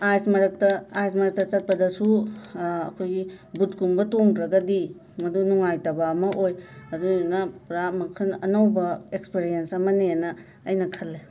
ice ꯃꯔꯛꯇ ꯑꯥꯏꯁ ꯃꯔꯛꯇ ꯆꯠꯄꯗꯁꯨ ꯑꯩꯈꯣꯏꯒꯤ ꯕꯨꯠꯀꯨꯝꯕ ꯇꯣꯡꯗ꯭ꯔꯒꯗꯤ ꯃꯗꯨ ꯅꯨꯡꯉꯥꯏꯇꯕ ꯑꯃ ꯑꯣꯏ ꯑꯗꯨꯏꯗꯨꯅ ꯄꯨꯔꯥ ꯃꯈꯜ ꯑꯅꯧꯕ ꯑꯦꯛꯁꯄꯦꯔꯤꯑꯦꯟꯁ ꯑꯃꯅꯦꯅ ꯑꯩꯅ ꯈꯜꯂꯦ